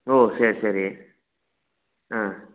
ஓ சரி சரி ஆ